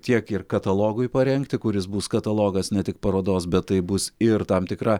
tiek ir katalogui parengti kuris bus katalogas ne tik parodos bet tai bus ir tam tikra